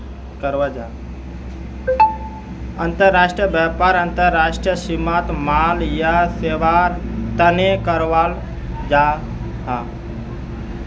अंतर्राष्ट्रीय व्यापार अंतर्राष्ट्रीय सीमात माल या सेवार तने कराल जाहा